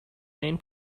main